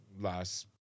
last